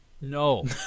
no